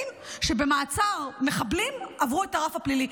שבמעצר מחבלים עברו את הרף הפלילי?